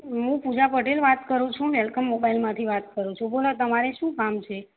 હું પૂજા પટેલ વાત કરું છું વેલકમ મોબાઈલમાંથી વાત કરું છું બોલો તમારે શું કામ છે